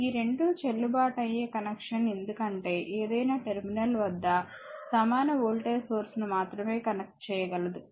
ఈ రెండు చెల్లుబాటు అయ్యే కనెక్షన్ ఎందుకంటే ఏదైనా టెర్మినల్ వద్ద సమాన వోల్టేజ్ సోర్స్ ని మాత్రమే కనెక్ట్ చేయగలదు